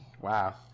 Wow